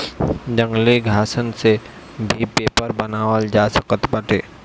जंगली घासन से भी पेपर बनावल जा सकत बाटे